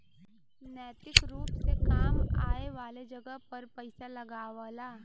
नैतिक रुप से काम आए वाले जगह पर पइसा लगावला